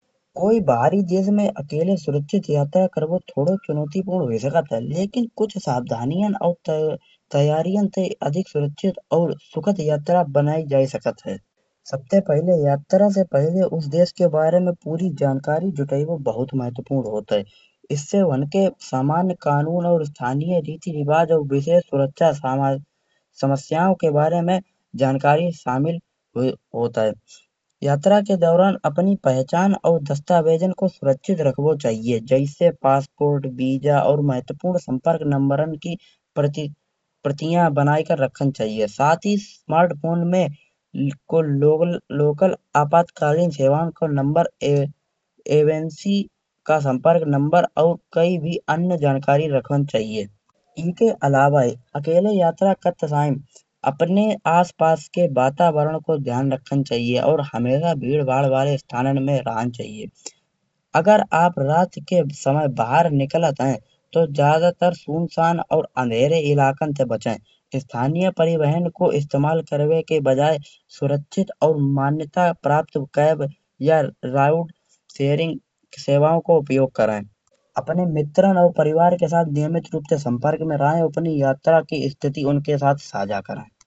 कोई बाहरी देश में अकेले यात्रा करबो थोड़ो चुनौती पूरन हुई सकत है। लकिन कुछ सावधानियन और तैयारियन से अधिक सुरक्षित और सुखद यात्रा बनाई जा सकत है। सबसे पहिले यात्रा से पहिले उस देश के बारे में जानकारी जुटाइबो बहुत महत्वपूर्ण होत है। इससे हुन के सामान्य कानून और रीति रिवाज और विशेष सुरक्षा समस्यायों के बारे में जानकारी शामिल होत है। यात्रा के दौरान अपनी पहचान और दस्तावेजन को सुरक्षित रखबो चाहिए। जैसे पासपोर्ट वीज़ा और महत्वपूर्ण संपर्क नंबरण की प्रतिया बनाई के राखन चाहिए। साथ ही स्मार्ट फोन में बिल्कुल लोकल आपातकाल सेवाओ को नंबर एमएनसी का संपर्क नंबर और कई भी जानकारी राखन चाहिए। एखे अलावा अकेले यात्रा करत समै अपने आस पास के वातावरण को ध्यान राखन चाहिए और हमेशा भीड़ भड़ बाले स्थानन में रहन चाहिए। अगर आप रात के समय बाहर निकालत है तो ज्यादातर सुनसान और अंधेरे इलाकन से बचे। स्थानीय परिवहन को इस्तेमाल करवे के बजाय सुरक्षित और मान्यता प्राप्त कैब या रूट शेयरिंग सेवाओ को उपयोग करे। अपने मित्रन और परिवार के साथ नियमित रूप से संपर्क में रहे और अपने यात्रा की स्थिति उनके साथ साझा करे।